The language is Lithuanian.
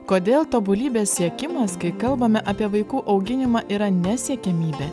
kodėl tobulybės siekimas kai kalbame apie vaikų auginimą yra ne siekiamybė